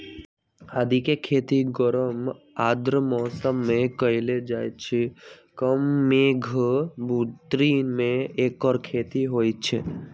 आदिके खेती गरम आर्द्र मौसम में कएल जाइ छइ कम मेघ बून्नी में ऐकर खेती होई छै